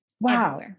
Wow